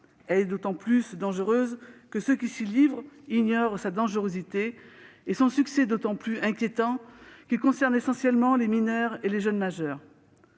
Elle est d'autant plus dangereuse que ceux qui s'y livrent ignorent sa dangerosité, et son succès est d'autant plus inquiétant qu'il concerne essentiellement les mineurs et les jeunes majeurs.